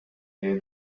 day